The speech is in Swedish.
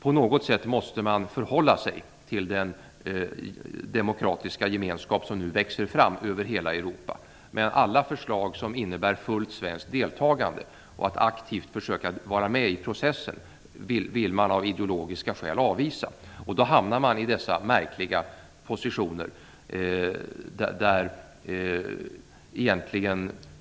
På något sätt måste man förhålla sig till den demokratiska gemenskap som nu växer fram över hela Europa. Men alla förslag som innebär fullt svenskt deltagande och att aktivt försöka att vara med i processen vill man av ideologiska skäl avvisa. Då hamnar man i dessa märkliga positioner.